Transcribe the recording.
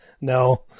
No